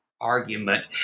argument